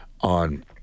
on